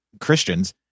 christians